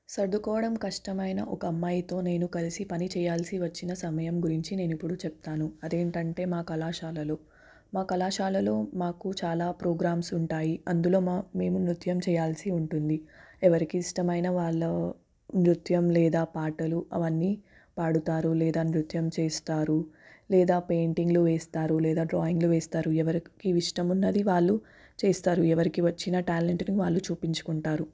సర్దుకోవడం కష్టమైన ఒక అమ్మాయితో నేను కలిసి పని చేయాల్సి వచ్చిన సమయం గురించి నేను ఇప్పుడు చెబుతాను అది ఏంటంటే మా కళాశాలలు మా కళాశాలలో మాకు చాలా ప్రోగ్రామ్స్ ఉంటాయి అందులో మేము నృత్యం చేయాల్సి ఉంటుంది ఎవరికి ఇష్టమైన వాళ్ళ నృత్యం లేదా పాటలు అవన్నీ పాడతారు లేదా నృత్యం చేస్తారు లేదా పెయింటింగ్లు వేస్తారు లేదా డ్రాయింగ్లు వేస్తారు ఎవరికి ఇష్టం ఉన్నది వాళ్ళు చేస్తారు ఎవరికి నచ్చిన టాలెంట్ని వాళ్ళు చూపించుకుంటారు